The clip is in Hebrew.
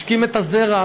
משקים את הזרע,